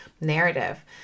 narrative